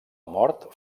mort